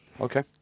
Okay